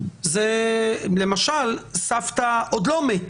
זה למשל כשסבתא בבית